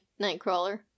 Nightcrawler